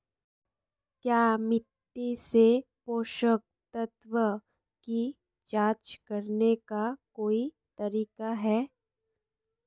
क्या मिट्टी से पोषक तत्व की जांच करने का कोई तरीका है?